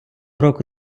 року